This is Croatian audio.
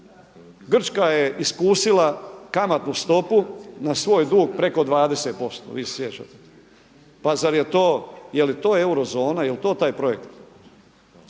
Grčka je iskusila kamatnu stopu na svoj dug preko 20% vi se sjećate, pa zar je to jeli to eurozona, jel to taj projekt?